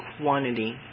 quantity